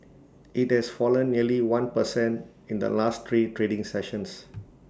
IT has fallen nearly one percent in the last three trading sessions